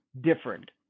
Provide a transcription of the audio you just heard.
different